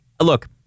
Look